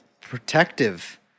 protective